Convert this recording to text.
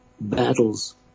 Battles